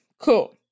cool